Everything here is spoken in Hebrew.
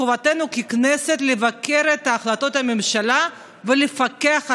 חובתנו ככנסת לבקר את החלטות הממשלה ולפקח עליהן.